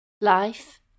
Life